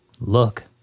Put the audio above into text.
look